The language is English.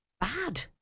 bad